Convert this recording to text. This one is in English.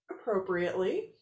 appropriately